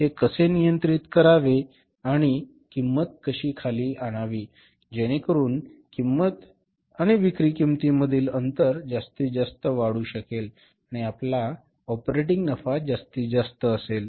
हे कसे नियंत्रित करावे आणि किंमत कशी खाली आणावी जेणेकरून किंमत आणि विक्री किंमतीतील अंतर जास्तीत जास्त वाढू शकेल आणि आपला ऑपरेटिंग नफा जास्तीत जास्त असेल